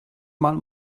mal